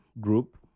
group